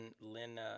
Lynn